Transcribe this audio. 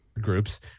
groups